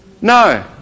No